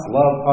love